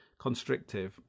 constrictive